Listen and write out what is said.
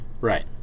Right